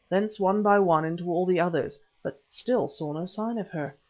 thence one by one into all the others, but still saw no sign of her.